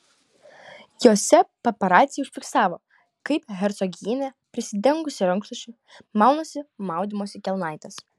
jose paparaciai užfiksavo kaip hercogienė prisidengusi rankšluosčiu maunasi maudymosi kelnaites